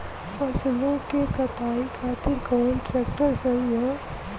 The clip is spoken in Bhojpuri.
फसलों के कटाई खातिर कौन ट्रैक्टर सही ह?